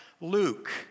Luke